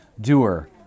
doer